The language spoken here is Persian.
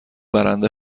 برنده